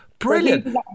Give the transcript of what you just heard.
Brilliant